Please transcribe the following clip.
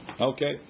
Okay